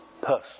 person